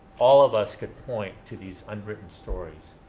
all of us could point to these unwritten stories.